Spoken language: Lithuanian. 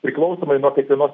priklausomai nuo kiekvienos